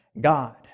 God